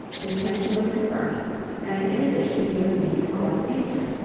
his pension was confirmed and in addition he was named court painter.